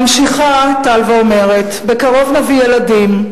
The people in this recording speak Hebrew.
ממשיכה טל ואומרת: "בקרוב נביא ילדים,